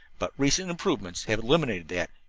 but recent improvements have eliminated that.